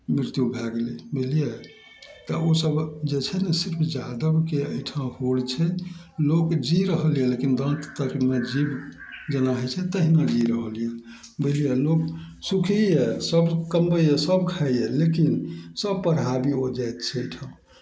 मृत्यु भए गेलय बुझलियै तऽ ओसभ जे छै ने सिर्फ यादवके अइठाम होर छै लोक जी रहल यऽ लेकिन दाँत तकमे जीव जेना होइ छै तहिना जी रहल यऽ बुझलियै लोक सुखीये सभ कमबइए सभ खाइये लेकिन सभपर हावी भी ओ जाइत छै अइठाम